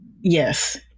Yes